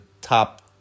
top